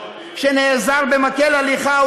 שנעזר במקל הליכה,